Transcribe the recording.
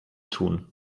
tun